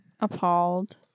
appalled